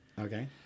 Okay